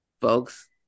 folks